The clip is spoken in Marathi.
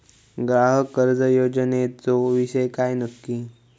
ग्राहक कर्ज योजनेचो विषय काय नक्की?